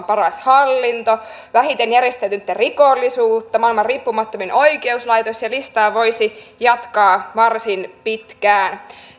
paras hallinto vähiten järjestäytynyttä rikollisuutta maailman riippumattomin oikeuslaitos ja listaa voisi jatkaa varsin pitkään